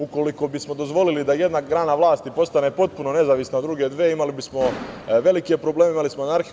Ukoliko bismo dozvolili da jedna grana vlasti postane potpuno nezavisna od druge dve, imali bismo velike probleme, imali bismo anarhiju.